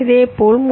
இதேபோல் 3